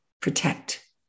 protect